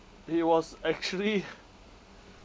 he was actually